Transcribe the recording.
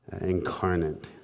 incarnate